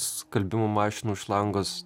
skalbimo mašinų šlangos